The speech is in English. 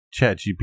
ChatGPT